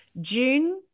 June